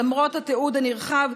למרות התיעוד הנרחב,